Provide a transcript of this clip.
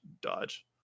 dodge